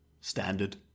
Standard